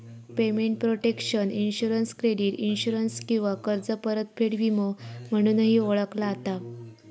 payment protection insurance credit insurance किंवा कर्ज परतफेड विमो म्हणूनही ओळखला जाता